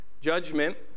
Judgment